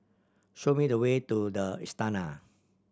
show me the way to The Istana